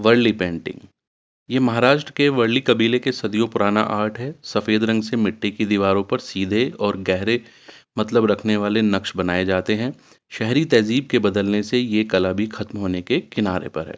Warli painting یہ مہاراشٹر کے ورلی قبیلے کے صدیوں پرانا آرٹ ہے سفید رنگ سے مٹی کی دیواروں پر سیدھے اور گہرے مطلب رکھنے والے نقش بنائے جاتے ہیں شہری تہذیب کے بدلنے سے یہ کلا بھی کتم ہونے کے کنارے پر ہے